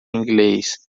inglês